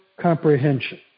comprehension